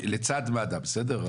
לצד מד"א, בסדר?